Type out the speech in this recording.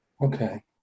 Okay